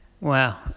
Wow